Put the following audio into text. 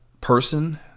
person